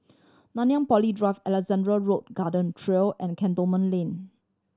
Nanyang Poly Drive Alexandra Road Garden Trail and Cantonment Link